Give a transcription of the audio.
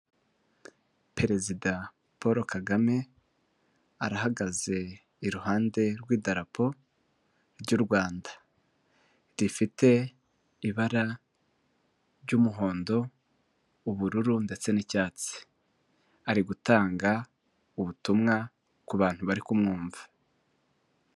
Perezida Paul Kagame arahagaze iruhande rw'idarapo ry'u Rwanda rifite ibara ry'umuhondo, ubururu ndetse n'icyatsi ari gutanga ubutumwa ku bantu bari kumwumva.